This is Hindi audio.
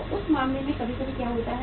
तो उस मामले में कभी कभी क्या होता है